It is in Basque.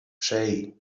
sei